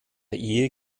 ehe